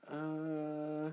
err